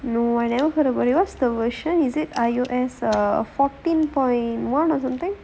no I never heard about it was the version is it iOS fourteen point one or something